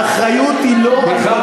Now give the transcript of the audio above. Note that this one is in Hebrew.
היועץ, האחריות היא לא בבג"ץ.